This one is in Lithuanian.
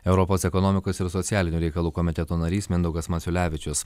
europos ekonomikos ir socialinių reikalų komiteto narys mindaugas maciulevičius